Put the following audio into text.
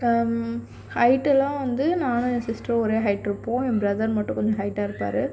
height எல்லாம் வந்து நானும் என் சிஸ்டரும் ஒரே ஹயிட் இருப்போம் என் பிரதர் மட்டும் கொஞ்ச ஹயிட்டாக இருப்பார்